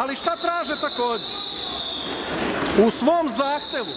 Ali, šta traže takođe? U svom zahtevu